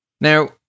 Now